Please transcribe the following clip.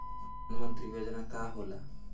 परधान मंतरी योजना का होला?